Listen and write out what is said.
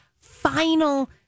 final